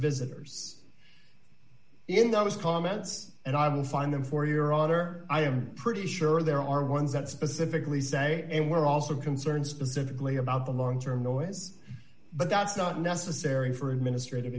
visitors in those comments and i will find them for your author i am pretty sure there are ones that specifically say they were also concerned specifically about the long term noise but that's not necessary for administrative